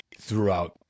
throughout